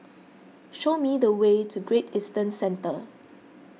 show me the way to Great Eastern Centre